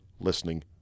listening